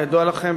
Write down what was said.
כידוע לכם,